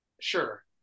sure